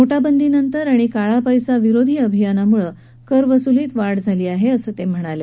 नोटाबंदीनंतर आणि काळपैसा विरोधी अभियानामुळं करवसुलीत वाढ झाली आहे असं ते म्हणाले